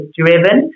driven